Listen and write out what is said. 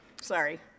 Sorry